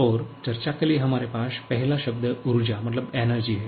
और चर्चा के लिए हमारे पास पहला शब्द ऊर्जा है